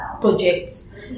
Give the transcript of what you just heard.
projects